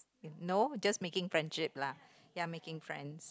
no just making friendship lah ya making friends